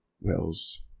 Wells